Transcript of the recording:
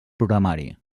programari